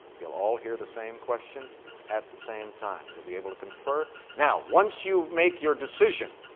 you'll all hear the same question at the same time. you'll be able to confer. now, once you make your decision